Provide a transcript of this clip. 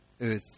earth